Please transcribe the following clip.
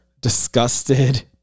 disgusted